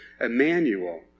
Emmanuel